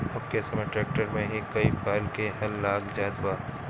अब के समय ट्रैक्टर में ही कई फाल क हल लाग जात बा